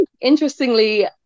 Interestingly